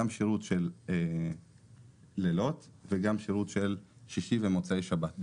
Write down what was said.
כולל שירות בלילות ובשישי ומוצאי שבת.